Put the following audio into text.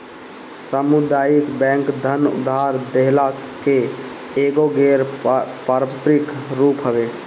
सामुदायिक बैंक धन उधार देहला के एगो गैर पारंपरिक रूप हवे